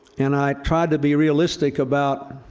and i tried to be realistic about